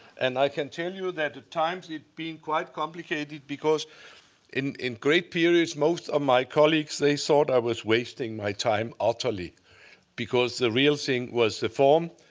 and i can tell you that at times it's been quite complicated because in in great periods, most of my colleagues, they thought i was wasting my time utterly because the real thing was the form,